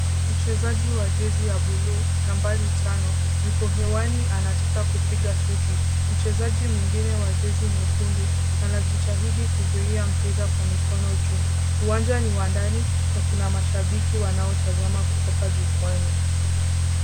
Mchezaji wa jezi ya buluu nambari tano yuko hewani anataka kupiga shuti. Mchezaji mwengine wa jezi nyekundu anajitahidi kuzuia mpira kwa mikono juu. Uwanja ni wa ndani na kuna mashabiki wanaotazama kutoka jukwaani.